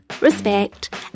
respect